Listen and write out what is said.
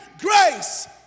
Grace